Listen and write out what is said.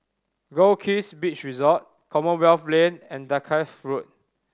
Goldkist Beach Resort Commonwealth Lane and Dalkeith Road